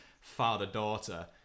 father-daughter